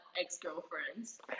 ex-girlfriends